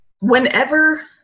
whenever